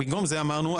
במקום זה אמרנו,